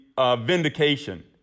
vindication